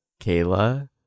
Kayla